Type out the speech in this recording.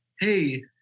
hey